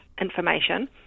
information